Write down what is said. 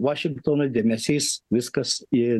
vašingtono dėmesys viskas į